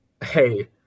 hey